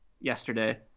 yesterday